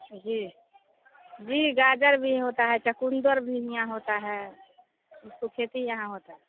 जी जी गाजर भी होता है चकुंदर भी यहाँ होता है उसको खेती यहाँ होता है